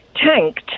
tanked